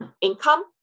income